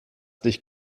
dich